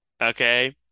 Okay